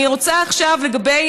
אני רוצה עכשיו, לגבי